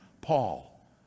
Paul